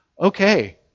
Okay